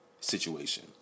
situation